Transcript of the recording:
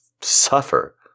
suffer